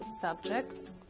subject